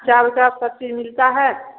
चारदा पत्ती मिलता है